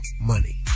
money